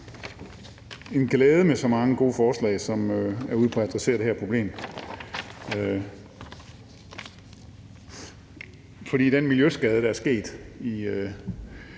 en glæde med så mange gode forslag, som er ude på at adressere det her problem. For den miljøskade, der er sket i